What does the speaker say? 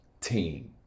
team